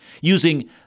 using